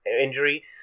injury